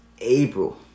April